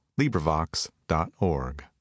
LibriVox.org